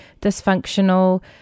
dysfunctional